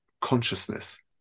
consciousness